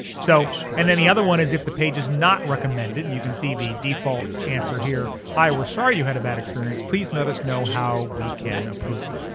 so and then the other one is if the page is not recommended, and you can see the default answer here. hi, we're sorry you had a bad experience. please let us know how we can improve.